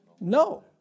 No